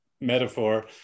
metaphor